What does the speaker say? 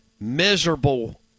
miserable